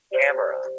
Camera